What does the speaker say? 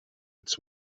its